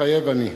מתחייב אני.